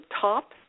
top